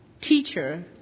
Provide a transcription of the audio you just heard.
Teacher